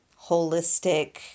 holistic